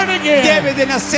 again